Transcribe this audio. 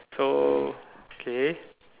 so K